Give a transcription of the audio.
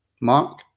Mark